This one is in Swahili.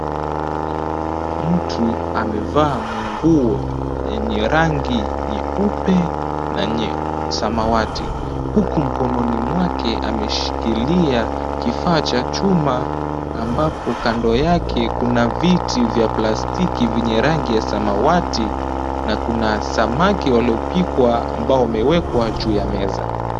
Mtu amevaa nguo yenye rangi nyeupe na nye samawati huku mkononi mwake ameshikilia kifaa cha chuma ambapo kando yake kuna viti vya plastiki vyenye rangi ya samawati na kuna samaki walopikwa ambao wamewekwa juu ya meza.